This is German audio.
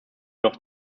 noch